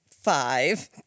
five